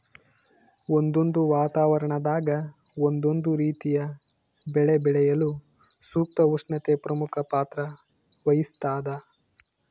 ಒಂದೊಂದು ವಾತಾವರಣದಾಗ ಒಂದೊಂದು ರೀತಿಯ ಬೆಳೆ ಬೆಳೆಯಲು ಸೂಕ್ತ ಉಷ್ಣತೆ ಪ್ರಮುಖ ಪಾತ್ರ ವಹಿಸ್ತಾದ